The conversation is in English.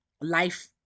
life